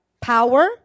power